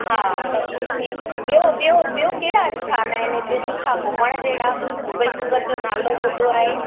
हा त उनमें ॿियो ॿियो ॿियो कहिड़ा स्थान आहिनि इते सुठा घुमण जहिड़ा भई सूरत जो नालो ॿुधो आहे